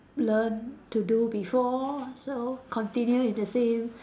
learn to do before so continue in the same